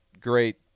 great